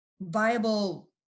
viable